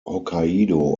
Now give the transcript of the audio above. hokkaido